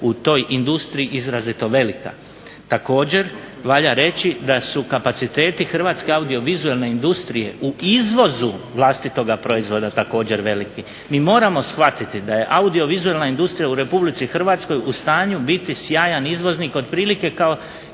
u toj industriji izrazito velika. Također valja reći da su kapaciteti hrvatske audiovizualne industrije u izvozu vlastitoga proizvoda također veliki. Mi moramo shvatiti da je audiovizualna industrija u HRvatskoj u stanju biti sjajan izvoznik otprilike kao